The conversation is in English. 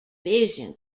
vision